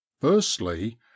firstly